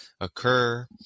occur